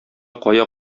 кая